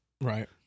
Right